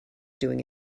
doing